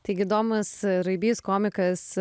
taigi domas raibys komikas